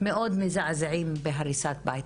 מאוד מזעזעים בהריסת בית,